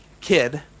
kid